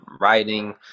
writing